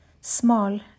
small